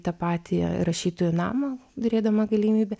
tą patį rašytojų namą turėdama galimybę